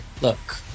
Look